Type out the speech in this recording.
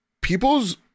people's